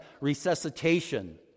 resuscitation